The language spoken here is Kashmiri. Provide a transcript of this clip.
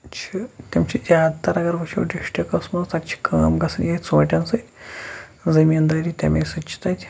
چھِ تِم چھِ زیادٕ تر اَگر وٕچھو ڈِسٹکَس منٛز تَتہِ چھِ کٲم گژھان یا ژوٗنٹھن سۭتۍ زٔمیٖن دٲری تَمی سۭتۍ چھِ تَتہِ